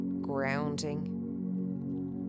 grounding